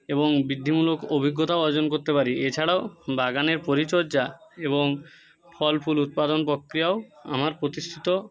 এবং বৃদ্ধিমূলক অভিজ্ঞতাও অর্জন করতে পারি এছাড়াও বাগানের পরিচর্যা এবং ফল ফুল উৎপাদন প্রক্রিয়াও আমার প্রতিশ্রুত